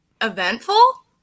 eventful